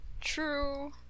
True